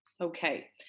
Okay